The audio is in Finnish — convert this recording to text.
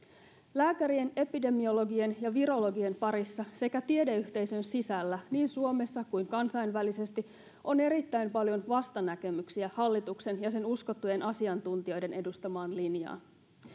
lääkärien epidemiologien ja virologien parissa sekä tiedeyhteisön sisällä niin suomessa kuin kansainvälisesti on erittäin paljon vastanäkemyksiä hallituksen ja sen uskottujen asiantuntijoiden edustamaan linjaan